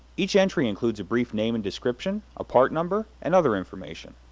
each entry includes a brief name and description, a part number, and other information.